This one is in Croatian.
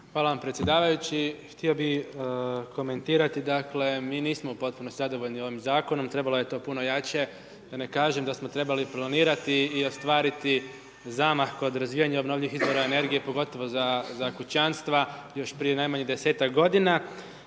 Hvala vam predsjedavajući, htio bi komentirati dakle mi nismo potpuno zadovoljni ovim zakonom, trebalo je to puno jače da ne kažem da smo trebali planirati i ostvariti zamah kod razvijanja obnovljivih izvora energije, pogotovo za kućanstva još prije najmanje 10-tak godina.